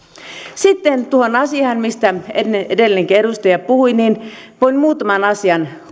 sitten tuohon asiaan mistä edellinenkin edustaja puhui voin muutaman asian